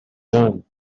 done